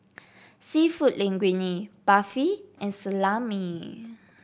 seafood Linguine Barfi and Salami